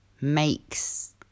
makes